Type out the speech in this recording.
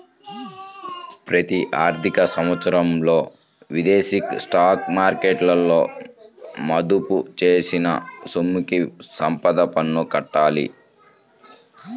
ప్రతి ఆర్థిక సంవత్సరంలో విదేశీ స్టాక్ మార్కెట్లలో మదుపు చేసిన సొమ్ముకి సంపద పన్ను కట్టాలి